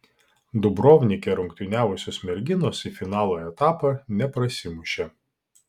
dubrovnike rungtyniavusios merginos į finalo etapą neprasimušė